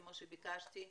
כמו שביקשתי,